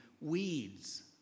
weeds